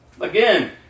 Again